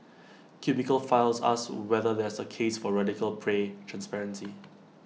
cubicle files asks whether there's A case for radical pay transparency